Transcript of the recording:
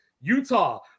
Utah